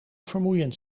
vermoeiend